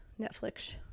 Netflix